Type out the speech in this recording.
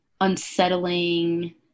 unsettling